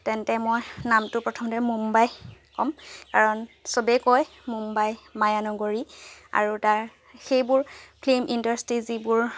তেন্তে মই নামটো প্ৰথমতে মুম্বাই ক'ম কাৰণ চবেই কয় মুম্বাই মায়ানগৰী আৰু তাৰ সেইবোৰ ফিল্ম ইণ্ডাষ্ট্ৰী যিবোৰ